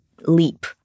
leap